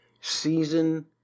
season